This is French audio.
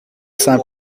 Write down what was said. sent